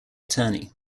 attorney